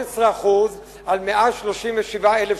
ההצעה המקורית של האוצר היתה 13% על 137,000 שקל,